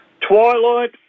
Twilight